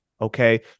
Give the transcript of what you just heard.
Okay